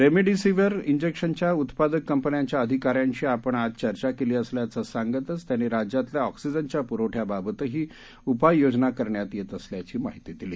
remdesivir जैक्शनच्या उत्पादक कंपन्यांच्या अधिकाऱ्यांशी आपण आज चर्च करणार असल्याच सांगतांनाच त्यांनी राज्यातल्या ऑक्सीजनच्या प्रवठ्याबाबतही उपाययोजना करण्यात येणार असल्याची माहिती दिली